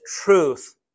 truth